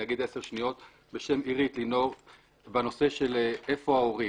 אני אגיד עשר שניות בשם עירית לינור בנושא איפה ההורים.